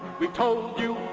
we've told you